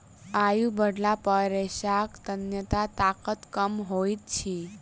आयु बढ़ला पर रेशाक तन्यता ताकत कम होइत अछि